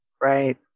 Right